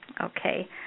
Okay